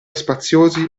spaziosi